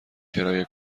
کرایه